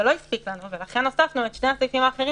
זה לא הספיק לנו ולכן הוספנו את שני הסעיפים האחרים